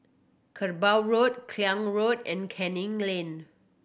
Kerbau Road Klang Road and Canning Lane